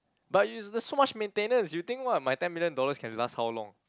but you it's so much maintenance you think what my ten million dollars can last how long